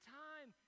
time